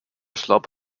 slope